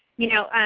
you know,